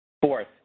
Fourth